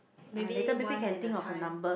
maybe once in a time